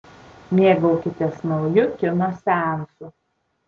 mėgaukitės nauju kino seansu